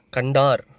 Kandar